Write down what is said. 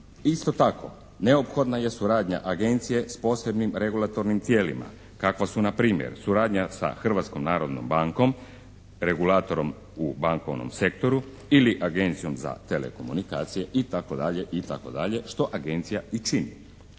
Isto tako neophodna je suradnja Agencije s posebnim regulatornim tijelima kakva su npr. suradnja sa Hrvatskom narodnom bankom regulatorom u bankovnom sektoru ili Agencijom za telekomunikacije itd., itd. što Agencija i čini.